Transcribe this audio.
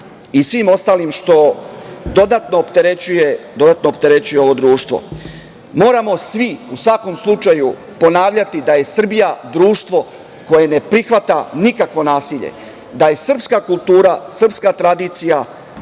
i svim ostalim što dodatno opterećuje ovo društvo. Moramo svi u svakom slučaju ponavljati da je Srbija društvo koje ne prihvata nikakvo nasilje i da je srpska kultura i tradicija,